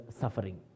suffering